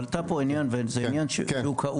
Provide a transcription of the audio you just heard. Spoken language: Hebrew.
לא קיימת זהות כמו שאנחנו מדברים עליה.